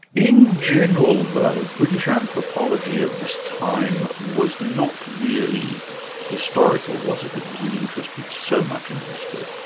in general, though, british ah anthropology at this time was not really historical was it, it wasn't interested so much in history.